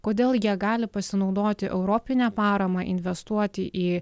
kodėl jie gali pasinaudoti europine parama investuoti į